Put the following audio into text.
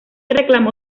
reclamó